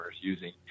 using